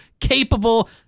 capable